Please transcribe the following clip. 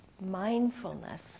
Mindfulness